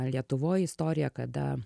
lietuvoj istorija kada